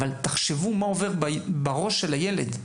תחשבו מה עובר בראש של הילד.